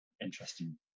interesting